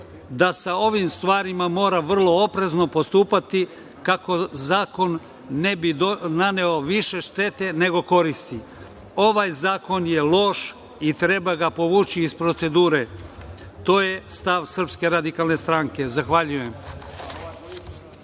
se sa ovim stvarima mora vrlo oprezno postupati kako zakon ne bi naneo više štete nego koristi. Ovaj zakon je loš i treba da povući iz procedure. To je stav SRS. Hvala. **Veroljub